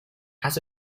has